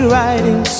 riding